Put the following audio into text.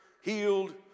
healed